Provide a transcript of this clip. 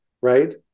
Right